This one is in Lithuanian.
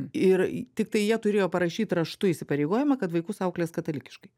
ir tiktai jie turėjo parašyt raštu įsipareigojimą kad vaikus auklės katalikiškai